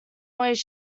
always